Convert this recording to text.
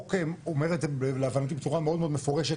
החוק אומר את זה להבנתי בצורה מאוד מפורשת,